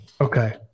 Okay